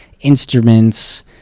instruments